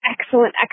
excellent